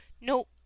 no